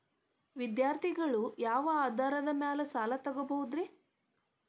ವಿದ್ಯಾರ್ಥಿಗಳು ಯಾವ ಆಧಾರದ ಮ್ಯಾಲ ಸಾಲ ತಗೋಬೋದ್ರಿ?